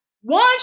one